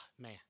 Man